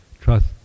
trust